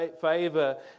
favor